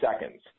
seconds